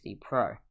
Pro